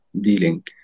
dealing